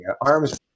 arms